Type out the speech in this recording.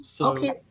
Okay